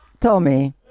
Tommy